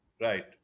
right